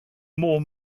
more